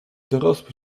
dorosły